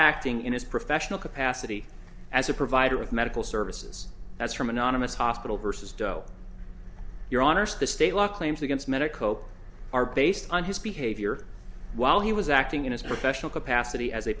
acting in his professional capacity as a provider of medical services that's from anonymous hospital versus doe your honors the state law claims against medico are based on his behavior while he was acting in his professional capacity as a